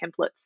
templates